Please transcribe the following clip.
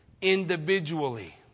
individually